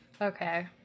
Okay